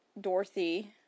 Dorothy